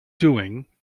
doing